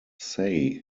say